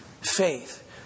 faith